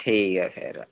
ठीक ऐ फिर